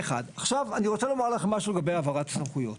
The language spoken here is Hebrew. עכשיו אני רוצה לומר לכם משהו לגבי העברת הסמכויות.